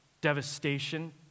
devastation